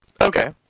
Okay